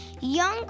Young